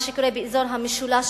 באזור המשולש,